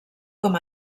com